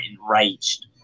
enraged